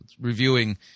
reviewing